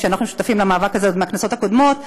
אנחנו שותפים למאבק הזה עוד מהכנסות הקודמות,